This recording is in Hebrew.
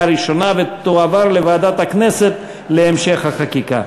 ראשונה ותועבר לוועדת הכנסת להמשך החקיקה.